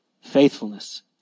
Faithfulness